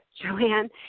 Joanne